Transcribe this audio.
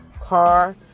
car